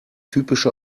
typische